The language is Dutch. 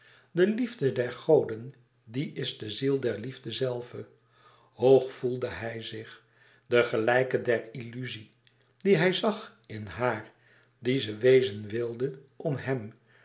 de liefde der goden die is de ziel der liefde zelve hoog voelde hij zich de gelijke der illuzie die hij zag in haar die ze wezen wilde om hem